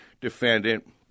defendant